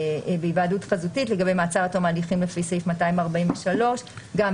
בהיוועדות חזותית לגבי מעצר עד תום ההליכים לפי סעיף 243. גם,